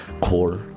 core